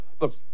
Look